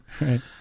Right